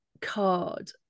card